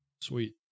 Sweet